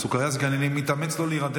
הסוכרייה זה כי אני מתאמץ לא להירדם.